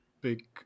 big